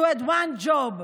You had one job,